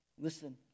Listen